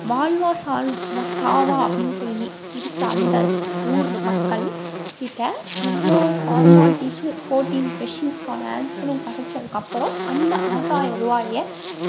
வாழ்வா சால்வா சாவா அப்படின்னு சொல்லி இருக்க அந்த ஊர் மக்கள் கிட்டே இவ்வளோ ஃபார்மாலிட்டீஸு ஃபோர்டீன் க்வஷின்ஸ்க்கான ஆன்ஸரும் கிடச்சதுக்கப்பறம் அந்த ஆறாயிரம் ருபாய